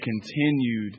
continued